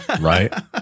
right